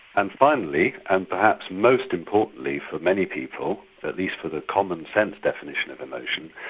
and finally, and perhaps most importantly for many people, at least for the commonsense definition of emotion,